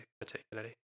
particularly